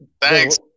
Thanks